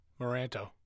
Moranto